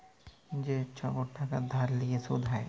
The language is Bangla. যে ছব টাকা ধার লিঁয়ে সুদ হ্যয়